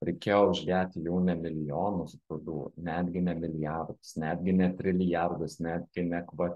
reikėjo uždėti jau ne milijonus grūdų netgi ne milijardus netgi ne trilijardus netgi ne kva